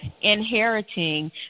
inheriting